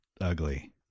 ugly